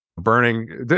burning